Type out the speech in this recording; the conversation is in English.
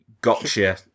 gotcha